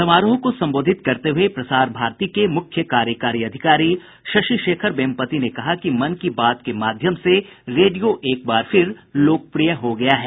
समारोह को संबोधित करते हुये प्रसार भारती के मुख्य कार्यकारी अधिकारी शशि शेखर वेमपटि ने कहा कि मन की बात के माध्यम से रेडियो फिर लोकप्रिय बन गया है